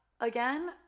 again